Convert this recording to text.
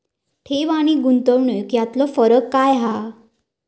ठेव आनी गुंतवणूक यातलो फरक काय हा?